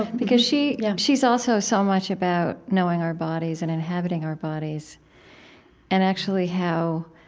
because she's yeah she's also so much about knowing our bodies, and inhabiting our bodies and actually how,